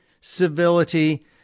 civility